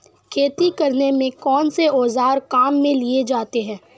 खेती करने में कौनसे औज़ार काम में लिए जाते हैं?